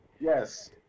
Yes